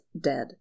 dead